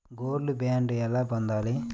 Gold bond ఎలా పొందాలి?